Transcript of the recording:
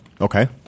Okay